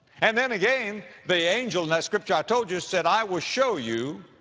and then again the angel in that scripture i told you, said, i will show you